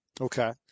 Okay